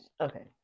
okay